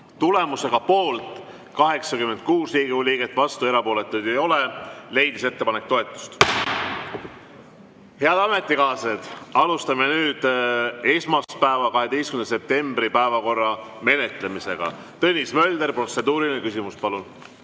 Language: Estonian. Tulemusega poolt 86 Riigikogu liiget, vastuolijaid ega erapooletuid ei ole, leidis ettepanek toetust. Head ametikaaslased, alustame nüüd esmaspäeva, 12. septembri päevakorra menetlemist. Tõnis Mölder, protseduuriline küsimus, palun!